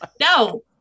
no